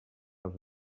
als